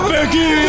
Becky